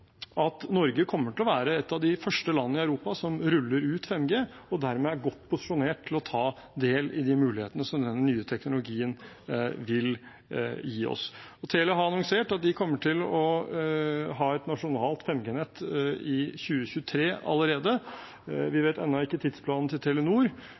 at Norge kommer til å være et av de første landene i Europa som ruller ut 5G og dermed er godt posisjonert til å ta del i de mulighetene som denne nye teknologien vil gi oss. Telia har annonsert at de kommer til å ha et nasjonalt 5G-nett allerede i 2023. Vi